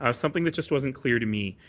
ah something that just wasn't clear to me,